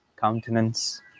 countenance